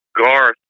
Garth